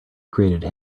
created